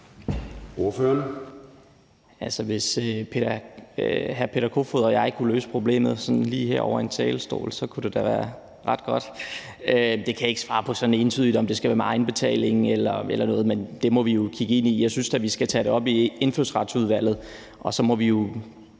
Hvis hr. Peter Kofod og jeg kunne løse problemet sådan lige her hen over en talerstol, kunne det da være ret godt. Det kan jeg ikke svare på sådan entydigt, altså om det skal være med egenbetaling eller noget. Men det må vi jo kigge ind i. Jeg synes da, vi skal tage det op i Indfødsretsudvalget, og så må vi jo